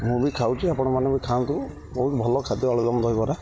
ମୁଁ ବି ଖାଉଛି ଆପଣମାନେ ବି ଖାଆନ୍ତୁ ବହୁତ ଭଲ ଖାଦ୍ୟ ଆଳୁଦମ ଦହିବରା